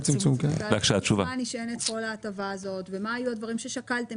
על מה נשענת כל ההטבה הזאת ומה היו הדברים ששקלתם